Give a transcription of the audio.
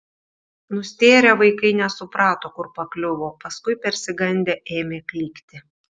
nustėrę vaikai nesuprato kur pakliuvo paskui persigandę ėmė klykti